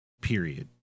period